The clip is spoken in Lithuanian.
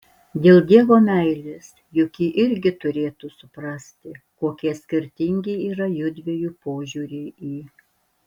dėl dievo meilės juk ji irgi turėtų suprasti kokie skirtingi yra jųdviejų požiūriai į